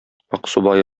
аксубай